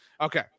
Okay